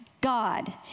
God